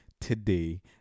today